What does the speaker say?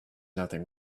nothing